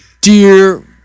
dear